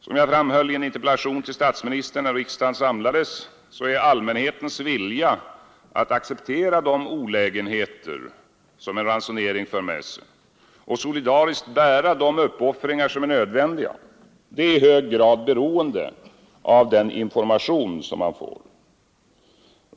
Som jag framhöll i en interpellation till statsministern när riksdagen samlades är allmänhetens vilja att acceptera de olägenheter som en ransonering för med sig och att solidariskt bära de uppoffringar som är nödvändiga i hög grad beroende av den information som man får.